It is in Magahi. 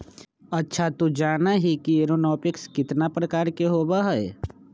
अच्छा तू जाना ही कि एरोपोनिक्स कितना प्रकार के होबा हई?